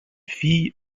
fille